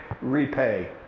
repay